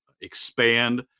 expand